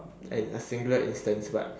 an a singular instance but